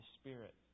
Spirit